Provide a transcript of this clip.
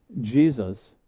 Jesus